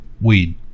weed